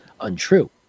untrue